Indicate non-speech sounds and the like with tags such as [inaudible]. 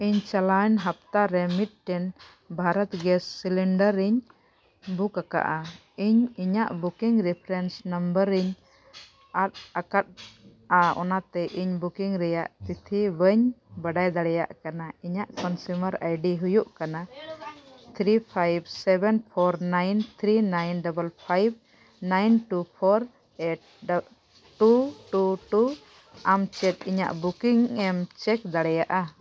ᱤᱧ ᱪᱟᱞᱟᱣᱮᱱ ᱦᱟᱯᱛᱟ ᱨᱮ ᱢᱤᱫᱴᱮᱱ ᱵᱷᱟᱨᱚᱛ ᱜᱮᱥ ᱥᱤᱞᱤᱱᱰᱟᱨᱤᱧ ᱵᱩᱠ ᱠᱟᱜᱼᱟ ᱤᱧ ᱤᱧᱟᱹᱜ ᱵᱩᱠᱤᱝ ᱨᱮᱯᱷᱟᱨᱮᱱᱥ ᱱᱚᱢᱵᱚᱨᱤᱧ ᱟᱫ ᱟᱠᱟᱫᱼᱟ ᱚᱱᱟᱛᱮ ᱤᱧ ᱵᱩᱠᱤᱝ ᱨᱮᱭᱟᱜ ᱛᱤᱛᱷᱤ ᱵᱟᱹᱧ ᱵᱟᱰᱟᱭ ᱫᱟᱲᱮᱭᱟᱜ ᱠᱟᱱᱟ ᱤᱧᱟᱹᱜ ᱠᱚᱱᱡᱩᱢᱟᱨ ᱟᱭᱰᱤ ᱦᱩᱭᱩᱜ ᱠᱟᱱᱟ three five seven four nine three nine double five nine two four [unintelligible] two two ᱟᱢ ᱪᱮᱫ ᱤᱧᱟᱹᱜ ᱵᱩᱠᱤᱝ ᱮᱢ ᱪᱮᱠ ᱫᱟᱲᱮᱭᱟᱜᱼᱟ